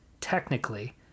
technically